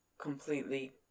completely